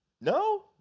No